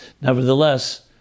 Nevertheless